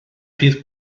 fydd